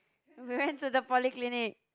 we ran to the polyclinic